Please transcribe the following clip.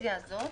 הרוויזיה הזאת?